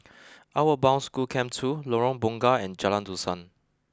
Outward Bound School Camp two Lorong Bunga and Jalan Dusan